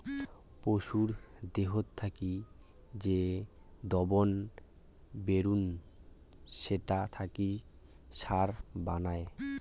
পশুর দেহত থাকি যে দবন বেরুই সেটা থাকি সার বানায়